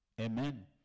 Amen